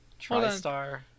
Tristar